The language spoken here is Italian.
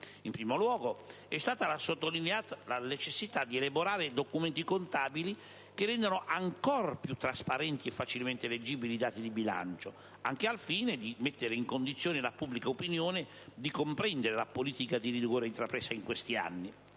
In primo luogo è stata sottolineata la necessità di elaborare documenti contabili che rendano ancor più trasparenti e facilmente leggibili i dati di bilancio, anche al fine di mettere in condizione la pubblica opinione di comprendere la politica di rigore intrapresa in questi anni;